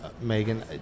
Megan